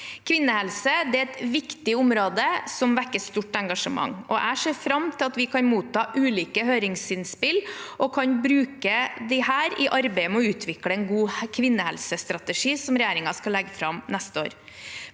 Kvinnehelse er et viktig område som vekker stort engasjement, og jeg ser fram til at vi kan motta ulike høringsinnspill og bruke dem i arbeidet med å utvikle en god kvinnehelsestrategi, som regjeringen skal legge fram neste år.